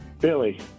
Billy